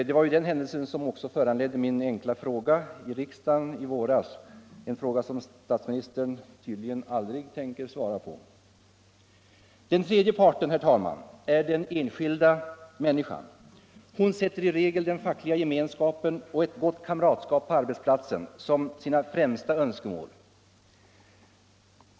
Det var ju den händelsen som föranledde min enkla fråga i riksdagen i våras — en fråga som statsministern tydligen aldrig tänker svara på. Den tredje parten, herr talman, är den enskilda människan. Hon sätter i regel den fackliga gemenskapen och gott kamratskap på arbetsplatsen som sina främsta önskemål.